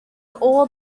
all